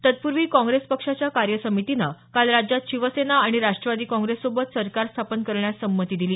तत्पूर्वी काँग्रेस पक्षाच्या कार्यसमितीनं काल राज्यात शिवसेना आणि राष्ट्रवादी काँग्रेससोबत सरकार स्थापन करण्यास संमती दिली